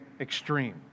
extreme